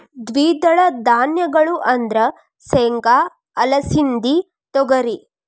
ದ್ವಿದಳ ಧಾನ್ಯಗಳು ಅಂದ್ರ ಸೇಂಗಾ, ಅಲಸಿಂದಿ, ತೊಗರಿ